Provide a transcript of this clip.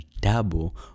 double